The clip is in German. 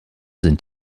sind